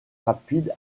rapide